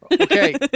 okay